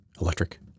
electric